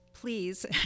please